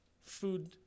food